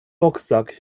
boxsack